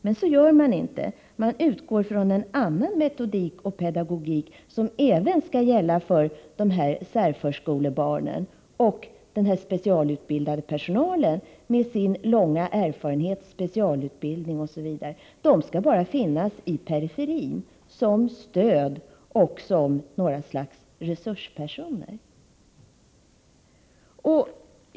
Men så gör man inte, man utgår från en annan metodik och en annan pedagogik som även skall gälla för dessa särförskolebarn. Och den specialutbildade personalen — med sin stora erfarenhet, fackutbildning, osv. — skall bara finnas i periferin som stöd och som något slags resurspersoner.